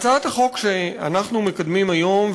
הצעת החוק שאנחנו מקדמים היום,